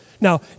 Now